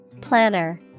planner